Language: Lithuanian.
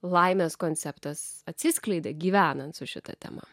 laimės konceptas atsiskleidė gyvenant su šita tema